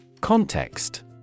Context